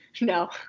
No